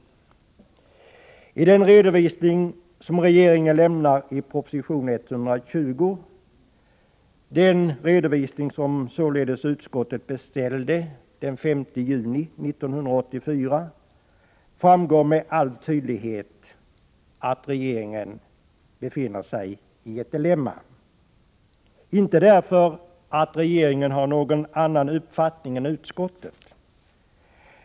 Av den redovisning som regeringen lämnar i proposition 120 — den redovisning som utskottet alltså beställde den 5 juni 1984 — framgår med all tydlighet att regeringen befinner sig i ett dilemma. Det beror inte på att regeringen har någon annan uppfattning än utskottet.